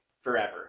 forever